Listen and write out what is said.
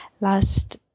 last